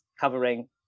covering